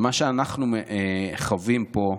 ומה שאנחנו חווים פה,